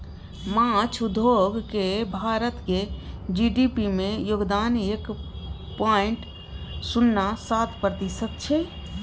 माछ उद्योग केर भारतक जी.डी.पी मे योगदान एक पॉइंट शुन्ना सात प्रतिशत छै